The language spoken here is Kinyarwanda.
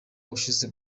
ushize